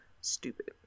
Stupid